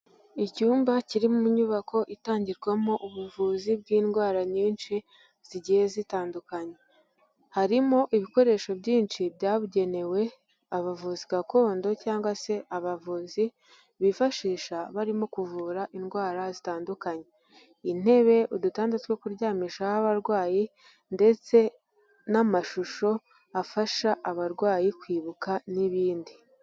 Icyumba kiri mu nyubako itangirwamo ubuvuzi bw'indwara nyinshi zigiye zitandukanye. Harimo ibikoresho byinshi byabugenewe abavuzi gakondo cyangwa se abavuzi bifashisha barimo kuvura indwara zitandukanye, intebe, udutanda two kuryamishaho abarwayi ndetse n'amashusho afasha abarwayi kwibuka n'ibindi.